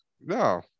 no